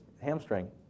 hamstring